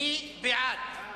מי בעד?